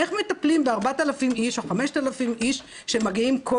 איך מטפלים ב-4,000 או 5,000 איש שמגיעים כל